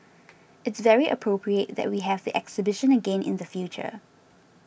it's very appropriate that we have the exhibition again in the future